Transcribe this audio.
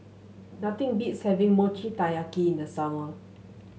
nothing beats having Mochi Taiyaki in the summer